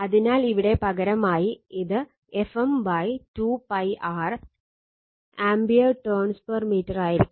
അതിനാൽ ഇവിടെ പകരമായി ഇത് Fm 2 π R ampere turns per metre ആയിരിക്കും